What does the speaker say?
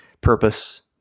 purpose